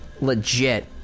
Legit